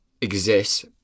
exists